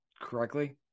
correctly